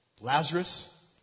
Lazarus